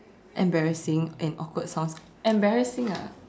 embarrassing and awkward sounds embarrassing ah